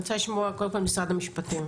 אני רוצה לשמוע קודם כל משרד המשפטים,